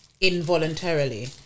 involuntarily